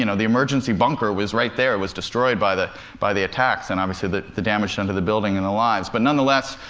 you know the emergency bunker was right there, was destroyed by the by the attacks, and obviously the the damage done to the building and the lives. but nonetheless,